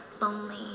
lonely